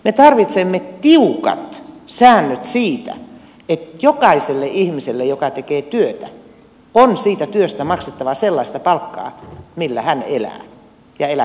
me tarvitsemme tiukat säännöt siitä että jokaiselle ihmiselle joka tekee työtä on siitä työstä maksettava sellaista palkkaa millä hän elää ja elättää perheensä